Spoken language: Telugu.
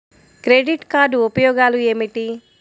క్రెడిట్ కార్డ్ ఉపయోగాలు ఏమిటి?